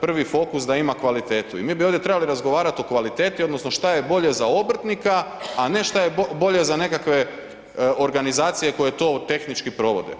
prvi fokus da ima kvalitetu i mi bi ovdje trebali razgovarati o kvaliteti odnosno što je bolje za obrtnika, a ne što je bolje za nekakve organizacije koje to tehnički provode.